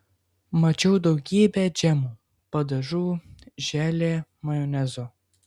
mačiau daugybę džemų padažų želė majonezo